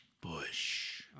Bush